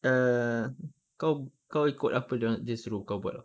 err kau kau ikut apa dia orang dia suruh kau buat tahu